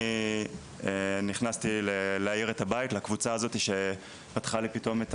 אני נכנסתי ל-'להאיר את הבית' לקבוצה הזאת שפתחה לי פתאום את